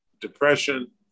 depression